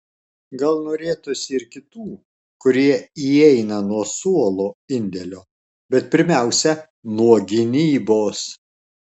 gal norėtųsi ir kitų kurie įeina nuo suolo indėlio bet pirmiausia nuo gynybos